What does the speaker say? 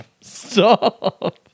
Stop